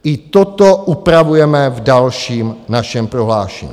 I toto upravujeme v dalším našem prohlášení.